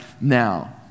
now